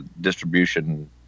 distribution